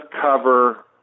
cover